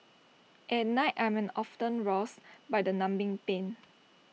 at night I am often roused by the numbing pain